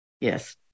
Yes